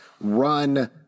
run